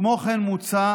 כמו כן, מוצע